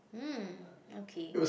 mm okay